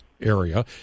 area